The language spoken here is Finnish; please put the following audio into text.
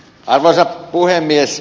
arvoisa puhemies